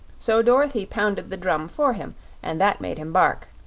so dorothy pounded the drum for him and that made him bark,